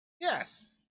Yes